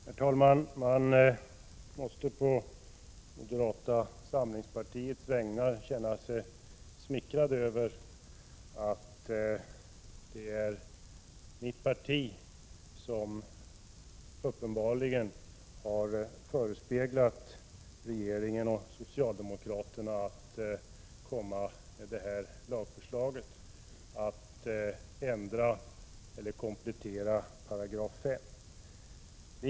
Herr talman! Man måste på moderata samlingspartiets vägnar känna sig smickrad över att det uppenbarligen är vårt parti som har förespeglat regeringen och socialdemokraterna när de kommit med förslaget att komplettera 5 § lagen om kärnteknisk verksamhet.